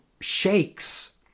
shakes